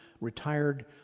retired